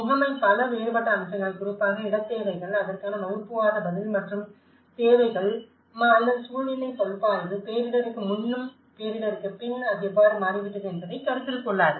முகமை பல வேறுபட்ட அம்சங்களை குறிப்பாக இட தேவைகள் அதற்கான வகுப்புவாத பதில் மற்றும் தேவைகள் அல்லது சூழ்நிலை பகுப்பாய்வு பேரிடருக்கு முன்னும் பேரிடருக்குப் பின் அது எவ்வாறு மாறிவிட்டது என்பதை கருத்தில் கொள்ளாது